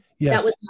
Yes